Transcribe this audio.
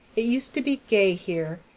it used to be gay here,